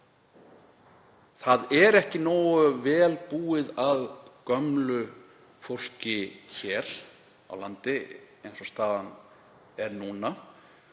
Það er ekki nógu vel búið að gömlu fólki hér á landi eins og staðan er núna